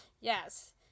yes